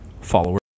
followers